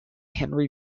henry